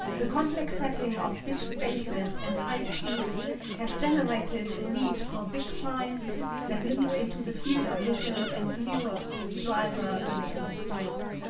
the complex setting of big spaces and high speed has generated a need for big science that leap into the field of vision and lure the driver into the stores.